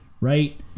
right